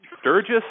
Sturgis